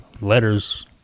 Letters